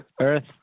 Earth